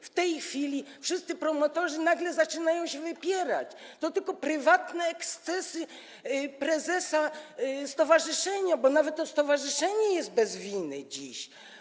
W tej chwili wszyscy promotorzy nagle zaczynają się ich wypierać: to tylko prywatne ekscesy prezesa stowarzyszenia - bo nawet to stowarzyszenie jest dziś bez winy.